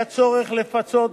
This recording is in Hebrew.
היה צורך לפצות,